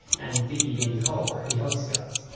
and diggy diggy hole by the yogscast.